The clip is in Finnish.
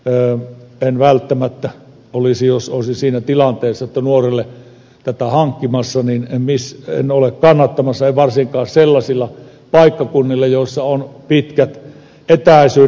että en välttämättä olisi nuorelle tällaista kevyttä nelipyörää mopoautoa hankkimassa jos olisin siinä tilanteessa en ole kannattamassa en varsinkaan sellaisilla paikkakunnilla missä on pitkät etäisyydet